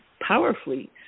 powerfully